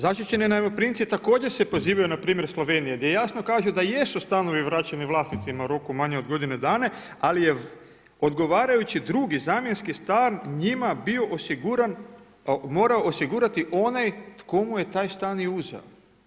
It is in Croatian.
Zaštićeni najmoprimci također se pozivaju na primjer Slovenije gdje jasno kaže da jesu stanovi vraćeni vlasnicima u roku manji od godina dana, ali je odgovarajući drugi zamjenski stan njima bio osiguran, morao osigurati onaj tko mu je taj stan i uzeo.